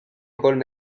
kolm